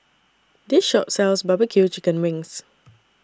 This Shop sells Barbecue Chicken Wings